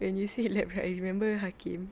when you say lab right I remember hakim